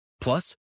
Plus